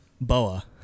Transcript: Boa